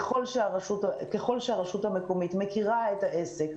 ככל שהרשות המקומית מכירה את העסק,